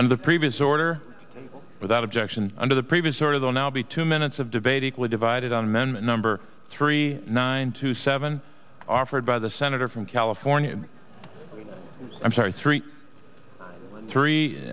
and the previous order without objection under the previous order though now be two minutes of debate equally divided on amendment number three nine two seven offered by the senator from california i'm sorry three three